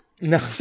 No